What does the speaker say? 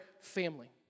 family